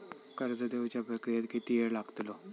कर्ज देवच्या प्रक्रियेत किती येळ लागतलो?